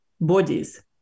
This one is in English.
bodies